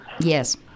Yes